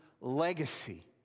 legacy